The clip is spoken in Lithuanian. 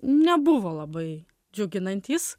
nebuvo labai džiuginantys